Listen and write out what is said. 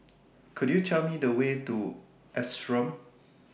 Could YOU Tell Me The Way to The Ashram